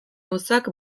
auzoak